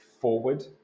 forward